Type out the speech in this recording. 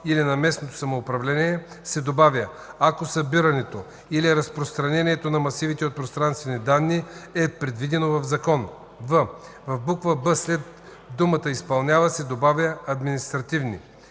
или на местното самоуправление” се добавя „ако събирането или разпространението на масивите от пространствени данни е предвидено в закон”; в) в буква „б” след думата „изпълнява” се добавя „административни”;